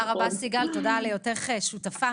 תודה רבה סיגל, תודה על היותך שותפה.